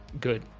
good